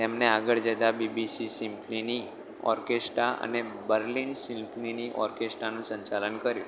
તેમને આગળ જતાં બીબીસી સિમ્ફનીની ઓર્કેસ્ટ્રા અને બર્લિન સિમ્ફની ઓર્કેસ્ટ્રાનું સંચાલન કર્યું